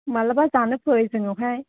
माब्लाबा जानो फै जोंनावहाय